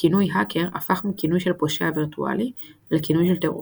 הכינוי "האקר" הפך מכינוי של פושע וירטואלי לכינוי של טרוריסט.